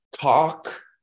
talk